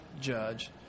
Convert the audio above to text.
judge